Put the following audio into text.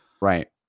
Right